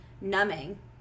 numbing